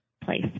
place